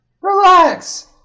Relax